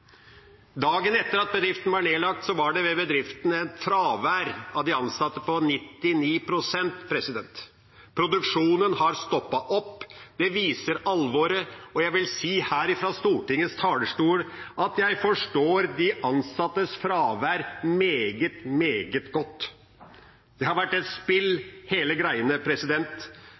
Dagen etter at bedriften var nedlagt, var det ved bedriften et fravær blant de ansatte på 99 pst. Produksjonen har stoppet opp. Det viser alvoret, og jeg vil si her fra Stortingets talerstol at jeg forstår de ansattes fravær meget, meget godt. Det har vært et spill, hele